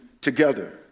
together